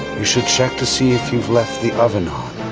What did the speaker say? you should check to see if you've left the oven on.